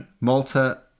Malta